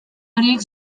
horiek